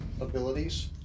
abilities